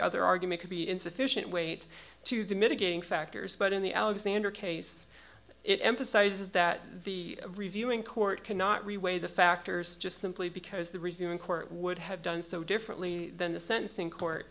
other argument could be insufficient weight to the mitigating factors but in the alexander case it emphasises that the reviewing court cannot reweigh the factors just simply because the reviewing court would have done so differently than the sentencing court